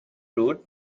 route